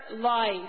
life